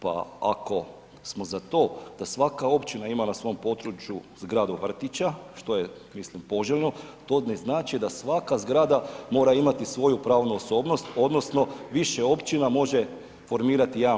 Pa ako smo za to da svaka općina ima na svom području zgradu vrtića, što je mislim poželjno, to ne znači, da svaka zgrada mora imati svoju pravnu osobnost, odnosno, više općina može formirati jedan vrtić.